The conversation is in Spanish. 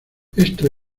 esto